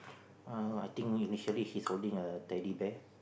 uh I think initially he is holding a teddy bear